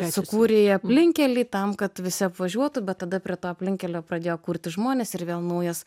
sukūrei aplinkkelį tam kad visi apvažiuotų bet tada prie to aplinkkelio pradėjo kurtis žmonės ir vėl naujas